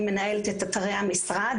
אני מנהלת את אתרי המשרד.